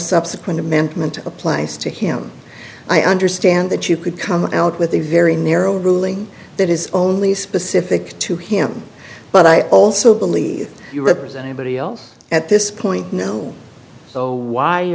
subsequent amendment applies to him i understand that you could come out with a very narrow ruling that is only specific to him but i also believe you represent anybody else at this point no so why